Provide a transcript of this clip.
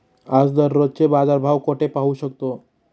आपण दररोजचे बाजारभाव कोठे पाहू शकतो?